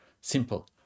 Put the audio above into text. simple